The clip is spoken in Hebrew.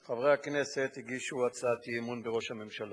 חברי הכנסת הגישו הצעת אי-אמון בראש הממשלה